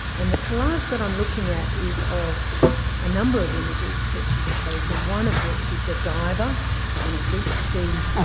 and the collage that i'm looking at is of a number of images that she has chosen, one of which is a diver in a deep sea